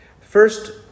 First